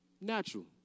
natural